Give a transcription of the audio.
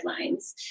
guidelines